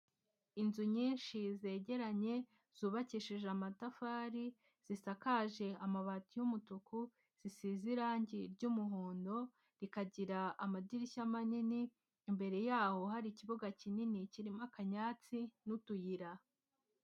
Inzu nyinshi zegeranye zubakishije amatafari, zisakaje amabati y'umutuku, z'isize irangi ry'umuhondo, rikagira amadirishya manini, imbere yaho hari ikibuga kinini kirimo akanyatsi n'utuyira.